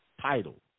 title